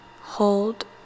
Hold